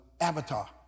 Avatar